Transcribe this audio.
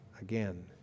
again